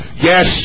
Yes